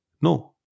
No